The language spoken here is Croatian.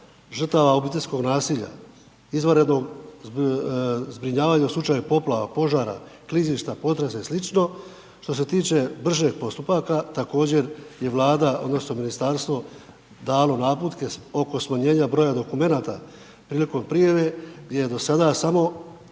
žrtava obiteljskih nasilja, izvanrednog zbrinjavanja u slučaju poplava, požara, klizišta, potresa i slično. Što se tiče bržeg postupaka, također je Vlada, odnosno, ministarstvo dalo naputke oko smanjenja broja dokumenata prilikom prijave gdje je do sada samo,